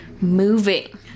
moving